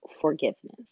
forgiveness